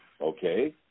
Okay